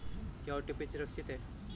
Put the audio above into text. क्या ओ.टी.पी सुरक्षित है?